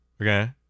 Okay